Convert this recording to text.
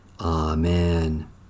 Amen